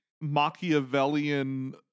Machiavellian